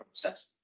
process